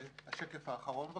השקף האחרון.